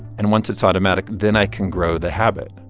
and once it's automatic, then i can grow the habit.